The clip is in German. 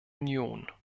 union